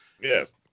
Yes